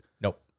Nope